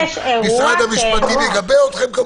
משרד המשפטים יגבה אתכם כמובן,